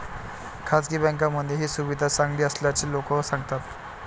खासगी बँकांमध्ये ही सुविधा चांगली असल्याचे लोक सांगतात